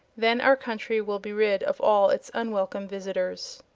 then our country will be rid of all its unwelcome visitors.